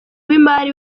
w’imari